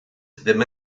ddim